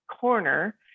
corner